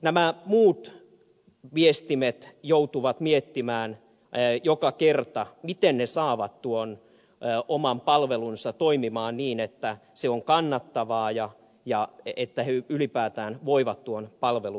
nämä muut viestimet joutuvat miettimään joka kerta miten ne saavat tuon oman palvelunsa toimimaan niin että se on kannattavaa ja että ne ylipäätään voivat tuon palvelun tarjota